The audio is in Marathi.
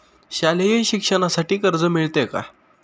शालेय शिक्षणासाठी कर्ज मिळते का?